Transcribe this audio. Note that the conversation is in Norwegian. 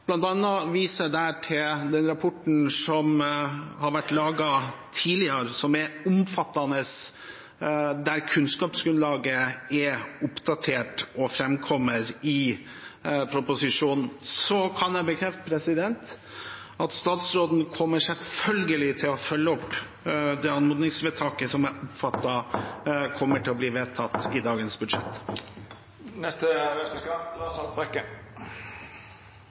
Der viser jeg bl.a. til den rapporten som ble laget tidligere, og som er omfattende, der kunnskapsgrunnlaget er oppdatert og framkommer i proposisjonen. Så kan jeg bekrefte at statsråden selvfølgelig kommer til å følge opp det anmodningsforslaget som jeg oppfatter at kommer til å bli vedtatt i dagens